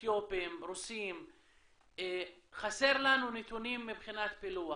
אתיופים, רוסים, חסר לנו נתונים מבחינת פילוח.